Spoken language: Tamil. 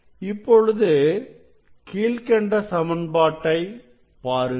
இப்பொழுது கீழ்க்கண்ட சமன்பாட்டை பாருங்கள்